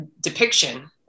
depiction